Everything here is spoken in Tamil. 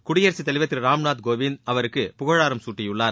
குடியரசுத் தலைவர் திரு ராம்நாத் கோவிந்த் அவருக்கு புகழாரம் சூட்டியுள்ளார்